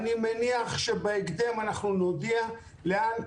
ואני מניח שבהקדם אנחנו נודיע לאן פנינו.